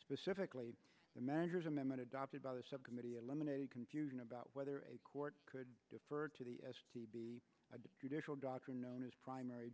specifically the manager's amendment adopted by the subcommittee eliminated confusion about whether a court could defer to the s d be additional doctor known as primary